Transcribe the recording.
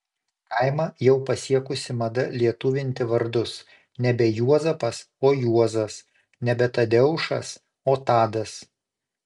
kaimą jau pasiekusi mada lietuvinti vardus nebe juozapas o juozas nebe tadeušas o tadas